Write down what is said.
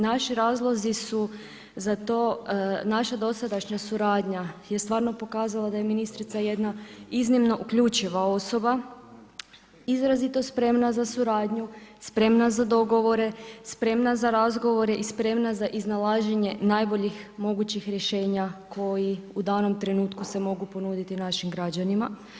Naši razlozi su za to, naša dosadašnja suradnja je stvarno pokazala da je ministrica jedna iznimno uključiva osoba, izrazito spremna za suradnju, spremna za dogovore, spremna za razgovore i spremna za iznalaženje najboljih mogućih rješenja koji u danom trenutku se mogu ponuditi našim građanima.